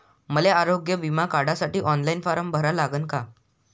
मले आरोग्य बिमा काढासाठी ऑनलाईन फारम भरा लागन का?